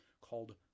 called